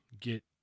get